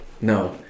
no